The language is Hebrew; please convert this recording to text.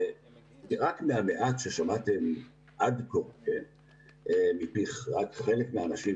ורק מהמעט ששמעתם עד כה מפי רק חלק מהאנשים